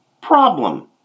problem